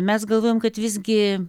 mes galvojam kad visgi